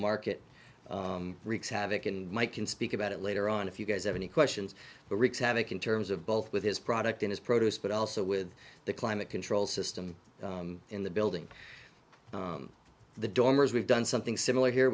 market wreaks havoc and mike can speak about it later on if you guys have any questions wreaks havoc in terms of both with his product in his produce but also with the climate control system in the building the dormers we've done something similar here